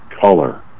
color